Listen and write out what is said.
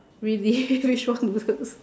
really which one